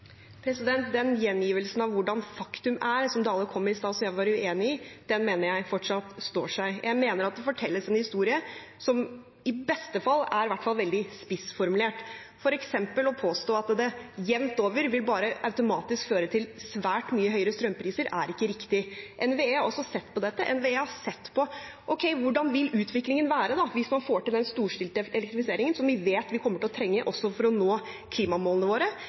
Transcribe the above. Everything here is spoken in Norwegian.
den gjengivelsen av hvordan faktum er som Dale kom med i stad, mener jeg fortsatt står seg. Jeg mener at det fortelles en historie som i beste fall i hvert fall er veldig spissformulert. For eksempel å påstå at det jevnt over automatisk bare vil føre til svært mye høyere strømpriser, er ikke riktig. NVE har også sett på dette. NVE har sett på hvordan utviklingen vil være hvis man får til den storstilte elektrifiseringen vi vet vi kommer til å trenge også for å nå klimamålene våre.